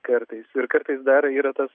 kartais ir kartais dar yra tas